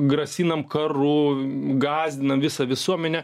grasinam karu gąsdinam visą visuomenę